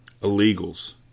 Illegals